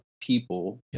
people